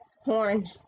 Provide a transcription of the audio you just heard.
Horn